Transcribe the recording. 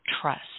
trust